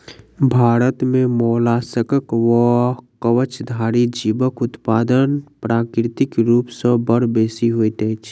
भारत मे मोलास्कक वा कवचधारी जीवक उत्पादन प्राकृतिक रूप सॅ बड़ बेसि होइत छै